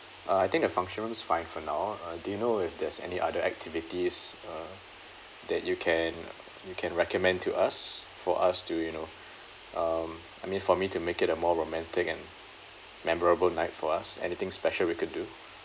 uh I think the function room's fine for now uh do you know if there's any other activities uh that you can you can recommend to us for us to you know um I mean for me to make it a more romantic and memorable night for us anything special we could do